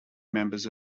members